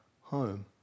home